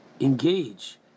engage